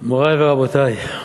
מורי ורבותי,